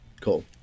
Cool